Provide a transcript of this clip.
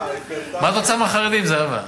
לא אמרתי, מה את רוצה מהחרדים, זהבה?